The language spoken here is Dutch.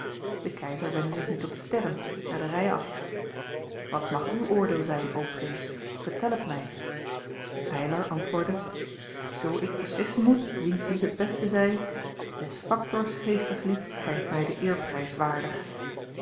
de keizer wendde zich nu tot de sterren naar de rij af wat mag uw oordeel zijn o prins vermeld het mij eylar antwoordde zoo ik beslissen moet wiens lied het beste zij des factors geestig lied schijnt mij den